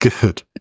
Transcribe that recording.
Good